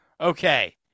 Okay